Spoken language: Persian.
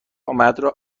آمده